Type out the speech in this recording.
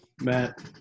Matt